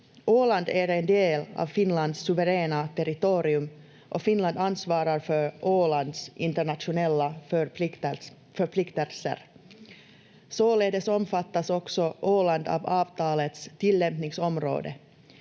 Åland är en del av Finlands suveräna territorium och Finland ansvarar för Ålands internationella förpliktelser. Således omfattas också Åland av avtalets tillämpningsområde.